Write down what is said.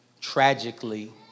tragically